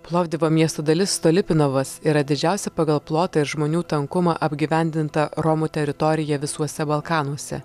plovdivo miesto dalis tolipinovas yra didžiausia pagal plotą ir žmonių tankumą apgyvendinta romų teritorija visuose balkanuose